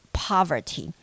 poverty